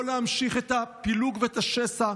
לא להמשיך את הפילוג ואת השסע,